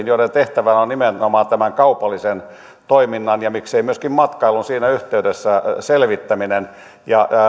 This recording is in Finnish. joiden tehtävänä on nimenomaan tämän kaupallisen toiminnan ja miksei myöskin matkailun siinä yhteydessä selvittäminen ja